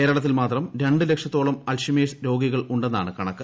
കേരളത്തിൽ മാത്രം രണ്ട് ലക്ഷത്തോളം അൾഷിമേഴ്സ് രോഗികൾ ഉണ്ടെന്നാണ് കണക്ക്